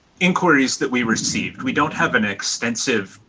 inquiries that we received. we don't have an extensive,